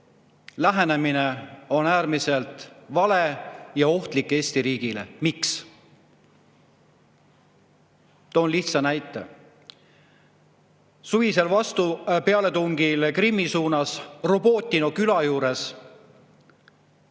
lähenemine on äärmiselt vale ja ohtlik Eesti riigile. Miks? Toon lihtsa näite. Suvisel vastupealetungil Krimmi suunas kaotas